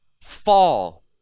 fall